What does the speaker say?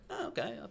okay